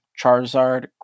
Charizard